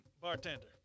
bartender